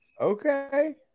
Okay